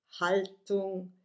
haltung